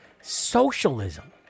Socialism